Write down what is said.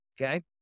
okay